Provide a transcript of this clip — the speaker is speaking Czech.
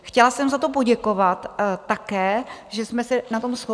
Chtěla jsem za to poděkovat také, že jsme se na tom shodli.